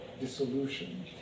dissolution